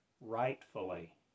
rightfully